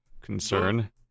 Concern